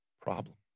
problem